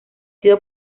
sido